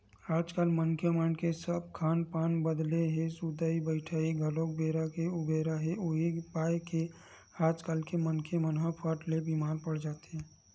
आजकल मनखे मन के सब खान पान बदले हे सुतई बइठई घलोक बेरा के उबेरा हे उहीं पाय के आजकल के मनखे मन ह फट ले बीमार पड़ जाथे